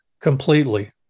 Completely